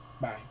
Bye